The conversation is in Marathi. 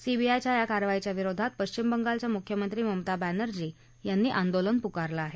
सीबीआयच्या या कारवाईच्या विरोधात पश्चिम बंगालच्या मुख्यमंत्री ममता बॅनर्जी यांनी आंदोलन पुकारलं आहे